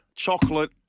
Chocolate